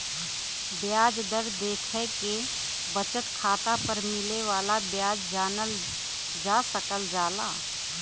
ब्याज दर देखके बचत खाता पर मिले वाला ब्याज जानल जा सकल जाला